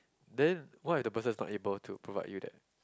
then what if the person is not able to provide you that